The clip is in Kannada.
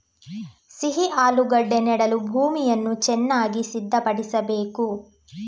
ಸಿಹಿ ಆಲೂಗೆಡ್ಡೆ ನೆಡಲು ಭೂಮಿಯನ್ನು ಚೆನ್ನಾಗಿ ಸಿದ್ಧಪಡಿಸಬೇಕು